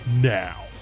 now